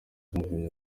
rw’umuvunyi